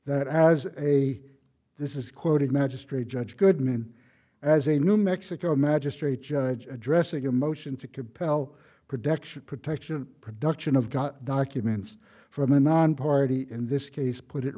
that as a this is quoted magistrate judge goodman as a new mexico magistrate judge addressing your motion to compel production protection production of got documents from a nonparty in this case put it